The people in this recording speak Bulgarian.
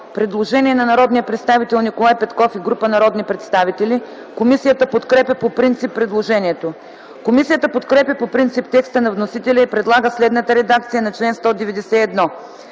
предложение на Николай Петков и група народни представители. Комисията подкрепя предложението. Комисията подкрепя по принцип текста на вносителя и предлага следната редакция на чл. 126: